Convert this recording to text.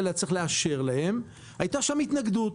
היה צריך לאשר להם הייתה שם התנגדות,